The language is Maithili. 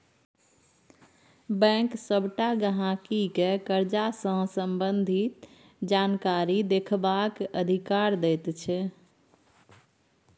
बैंक सबटा गहिंकी केँ करजा सँ संबंधित जानकारी देखबाक अधिकार दैत छै